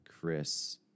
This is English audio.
Chris